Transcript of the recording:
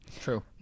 True